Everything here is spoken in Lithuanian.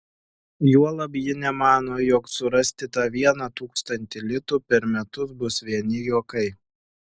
juolab ji nemano jog surasti tą vieną tūkstantį litų per metus bus vieni juokai